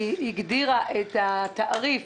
היא הגדירה את תעריף